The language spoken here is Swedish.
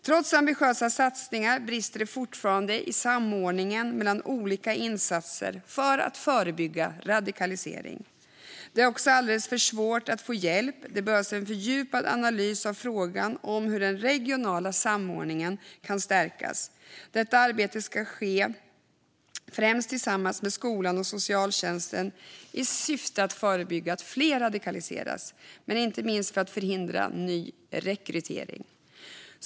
Trots ambitiösa satsningar brister det fortfarande i samordningen mellan olika insatser för att förebygga radikalisering. Det är också alldeles för svårt att få hjälp. Det behövs en fördjupad analys av frågan om hur den regionala samordningen kan stärkas. Detta arbete ska främst ske tillsammans med skolan och socialtjänsten i syfte att förebygga att fler radikaliseras, men inte minst för att förhindra ny rekrytering.